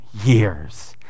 years